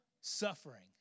suffering